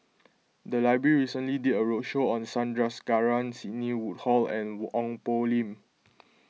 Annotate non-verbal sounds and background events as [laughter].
the library recently did a roadshow on Sandrasegaran Sidney Woodhull and [unintelligible] Ong Poh Lim